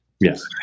Yes